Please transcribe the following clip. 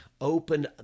open